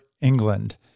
England